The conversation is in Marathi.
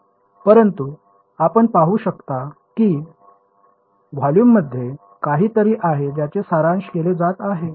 परंतु आपण पाहू शकता की व्हॉल्यूममध्ये काहीतरी आहे ज्याचे सारांश केले जात आहे